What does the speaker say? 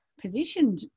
positioned